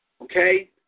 okay